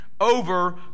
over